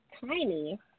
Tiny